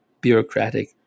bureaucratic